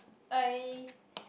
I